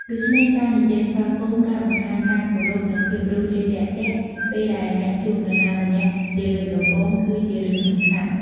ដូច្នេះការនិយាយស្វាគមន៍ ការបង្ហាញការគោរព និងភាពរួសរាយរាក់ទាក់ពេលដែលអ្នកជួបនរណាម្នាក់ជាលើកដំបូងគឺជារឿងសំខាន់។